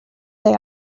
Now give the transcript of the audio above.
they